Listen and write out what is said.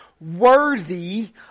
worthy